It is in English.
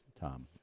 tom